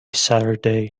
saturday